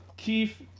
Keith